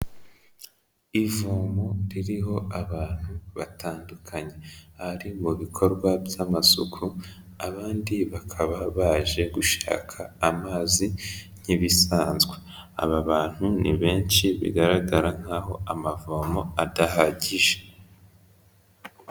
Ivomo ririho abantu batandukanye bari mu bikorwa by'amasuku, abandi bakaba baje gushaka amazi nk'ibisanzwe, aba bantu ni benshi bigaragara nkaho amavomo adahagije.